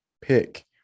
pick